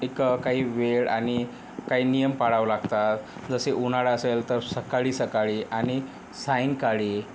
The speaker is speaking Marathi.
एक काही वेळ आणि काही नियम पाळावं लागतात जसे उन्हाळा असेल तर सकाळी सकाळी आणि सायंकाळी